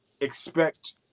expect